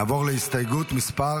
44. נעבור להסתייגות מס'